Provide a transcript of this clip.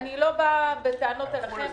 אני לא באה בטענות אליכם.